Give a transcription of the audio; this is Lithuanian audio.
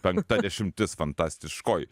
penkta dešimtis fantastiškoj